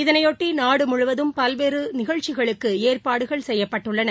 இதனையொட்டிநாடுமுழுவதும் பல்வேறுநிகழ்ச்சிகளுக்குஏற்பாடுகள் செய்யப்பட்டுள்ளன